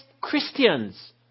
Christians